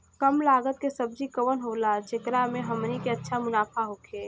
कम लागत के सब्जी कवन होला जेकरा में हमनी के अच्छा मुनाफा होखे?